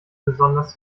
besonders